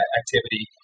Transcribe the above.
activity